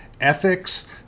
ethics